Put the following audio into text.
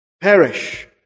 perish